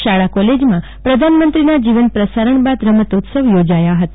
શાળા કોલેજમાં પ્રધાનમંત્રીના જીવંત પ્રસારણ બાદ રમોત્સવ યોજાયા હતા